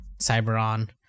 Cyberon